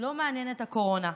לא מעניינת הקורונה,